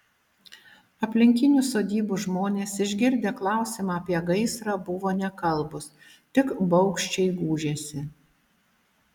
aplinkinių sodybų žmonės išgirdę klausimą apie gaisrą buvo nekalbūs tik baugščiai gūžėsi